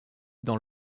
dans